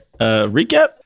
recap